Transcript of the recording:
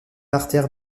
artère